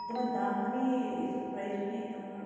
एकदमै दाम पनि यसको प्राइज पनि एकदम